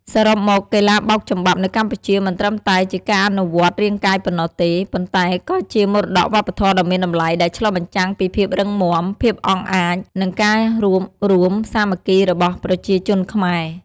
សរុបមក កីឡាបោកចំបាប់នៅកម្ពុជាមិនត្រឹមតែជាការអនុវត្តរាងកាយប៉ុណ្ណោះទេ ប៉ុន្តែក៏ជាមរតកវប្បធម៌ដ៏មានតម្លៃដែលឆ្លុះបញ្ចាំងពីភាពរឹងមាំ ភាពអង់អាច និងការរួបរួមសាមគ្គីរបស់ប្រជាជនខ្មែរ។